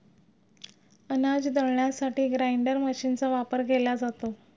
अनाज दळण्यासाठी ग्राइंडर मशीनचा वापर केला जातो